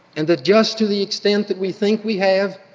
and that just to the extent that we think we have,